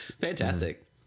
Fantastic